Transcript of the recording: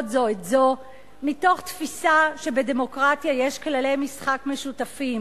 זו את זו מתוך תפיסה שבדמוקרטיה יש כללי משחק משותפים.